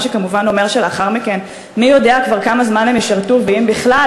מה שכמובן אומר שלאחר מכן מי יודע כבר כמה זמן הם ישרתו ואם בכלל,